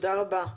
תודה רבה.